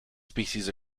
species